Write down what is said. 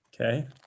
Okay